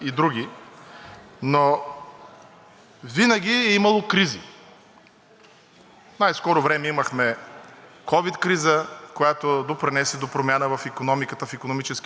ковид криза, която допринесе за промяна в икономиката, в икономическите отношения в самите държави, така и във взаимоотношенията между отделните държави. Разбира се, преди това имаше